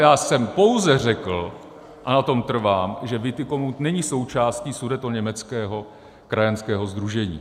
Já jsem pouze řekl, a na tom trvám, že Witikobund není součástí Sudetoněmeckého krajanského sdružení.